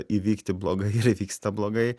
įvykti blogai ir įvyksta blogai